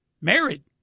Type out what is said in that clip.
Married